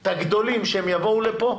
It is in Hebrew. את הגדולים, שיבואו לפה.